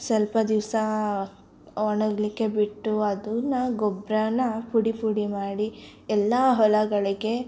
ಸ್ವಲ್ಪ ದಿವಸ ಒಣಗಲಿಕ್ಕೆ ಬಿಟ್ಟು ಅದನ್ನು ಗೊಬ್ರಾನ ಪುಡಿ ಪುಡಿ ಮಾಡಿ ಎಲ್ಲ ಹೊಲಗಳಿಗೆ